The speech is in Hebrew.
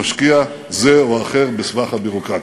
לפלס דרך למשקיע זה או אחר בסבך הביורוקרטיה.